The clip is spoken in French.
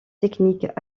techniques